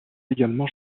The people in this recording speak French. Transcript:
également